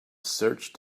searched